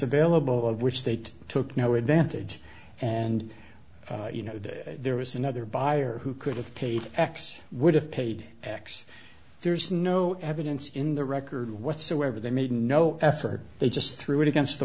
available of which state took no advantage and you know that there was another buyer who could have paid x would have paid x there's no evidence in the record whatsoever they made no effort they just threw it against the